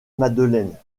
madeleine